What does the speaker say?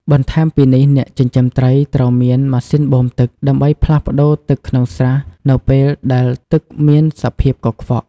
បន្ថែមពីនេះអ្នកចិញ្ចឹមត្រីត្រូវមាន ម៉ាស៊ីនបូមទឹក ដើម្បីផ្លាស់ប្ដូរទឹកក្នុងស្រះនៅពេលដែលទឹកមានសភាពកខ្វក់។